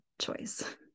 choice